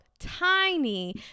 tiny